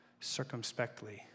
circumspectly